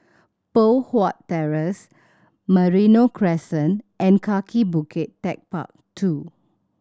Poh Huat Terrace Merino Crescent and Kaki Bukit Techpark Two